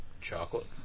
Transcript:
chocolate